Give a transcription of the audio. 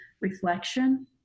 reflection